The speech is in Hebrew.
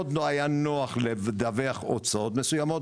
מאוד לא היה נוח לדווח על הוצאות מסוימות.